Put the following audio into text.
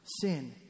sin